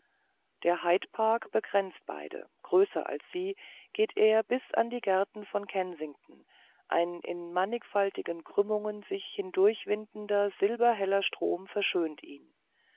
der hyde park begrenzt beide größer als sie geht er bis an die gärten von kensington ein in mannigfaltigen krümmungen sich hindurchwindender silberheller strom verschönt ihn